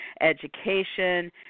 education